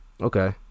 Okay